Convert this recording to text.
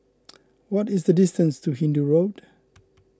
what is the distance to Hindoo Road